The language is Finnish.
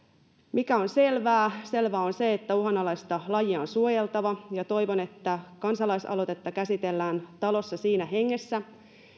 mikä on selvää selvää on se että uhanalaista lajia on suojeltava ja toivon että kansalaisaloitetta käsitellään talossa siinä hengessä